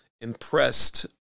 impressed